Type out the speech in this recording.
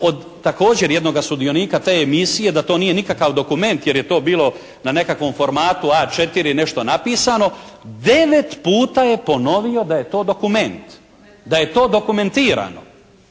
od također jednoga sudionika te emisije da to nije nikakav dokument jer je to bilo na nekakvom formatu A4 nešto napisano. 9 puta je ponovio da je to dokument, da je to dokumentirano.